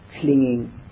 clinging